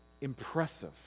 impressive